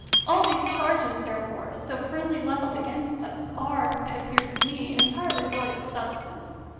all these charges, there fore, so freely levelled against us, are, it appears to me, entirely void of substance.